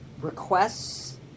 requests